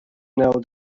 know